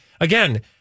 again